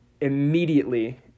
immediately